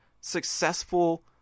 successful